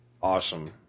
awesome